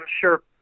sure